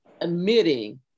admitting